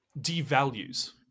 devalues